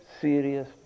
serious